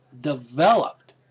developed